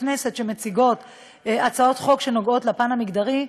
כנסת שמציגות הצעות חוק שנוגעות לפן המגדרי,